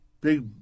big